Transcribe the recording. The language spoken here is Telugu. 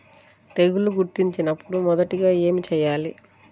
తెగుళ్లు గుర్తించినపుడు మొదటిగా ఏమి చేయాలి?